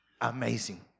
Amazing